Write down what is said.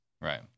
right